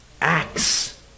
acts